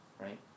Right